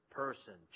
person